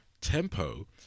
Tempo